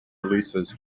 releases